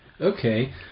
Okay